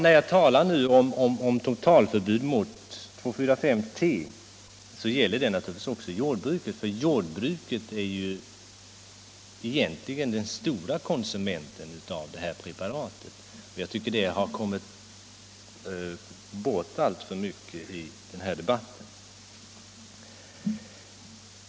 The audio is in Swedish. När jag talar om totalförbud mot 2,4,5-T så inbegriper jag däri också jordbruket, som ju är den största konsumenten av detta preparat. Jag tycker att detta faktum har kommit alltför mycket i skymundan i denna debatt.